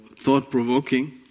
thought-provoking